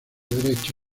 derecho